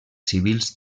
civils